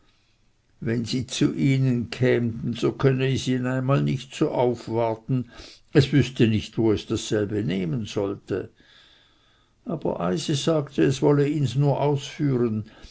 wenn sie zu ihnen kämten so könnte es ihnen einmal nicht so aufwarten es wüßte nicht wo es dasselbe nehmen sollte aber eisi sagte es wolle ihns nur ausführen